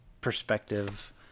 perspective